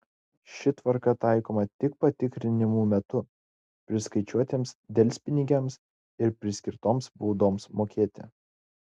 ši tvarka taikoma tik patikrinimų metu priskaičiuotiems delspinigiams ir paskirtoms baudoms mokėti